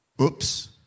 oops